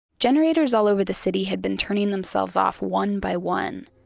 generators all over the city had been turning themselves off one by one.